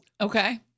Okay